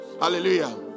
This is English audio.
hallelujah